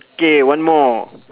okay one more